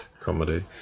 comedy